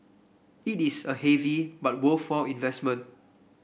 it is a heavy but worthwhile investment